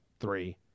three